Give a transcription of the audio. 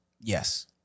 Yes